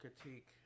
critique